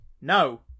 No